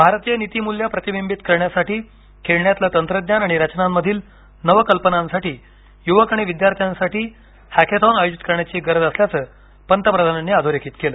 भारतीय नीतिमूल्ये प्रतिबिंबित करण्यासाठी खेळण्यातील तंत्रज्ञान आणि रचनांमधील नवकल्पनांसाठी युवक आणि विद्यार्थ्यांसाठी हॅकेथॉन आयोजित करण्याची गरज असल्याचं पंतप्रधानांनी अधोरेखित केलं